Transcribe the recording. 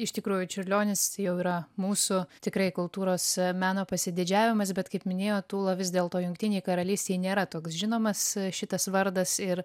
iš tikrųjų čiurlionis jau yra mūsų tikrai kultūros meno pasididžiavimas bet kaip minėjot ūla vis dėlto jungtinėj karalystėj nėra toks žinomas šitas vardas ir